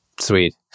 Sweet